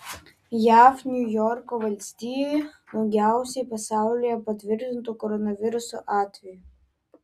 jav niujorko valstijoje daugiausiai pasaulyje patvirtintų koronaviruso atvejų